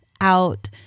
out